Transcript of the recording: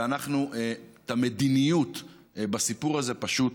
ואנחנו את המדיניות בסיפור הזה פשוט